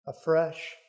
afresh